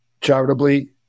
charitably